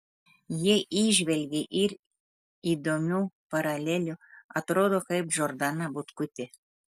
jie įžvelgė ir įdomių paralelių atrodo kaip džordana butkutė